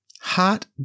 Hot